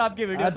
um give it